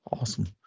Awesome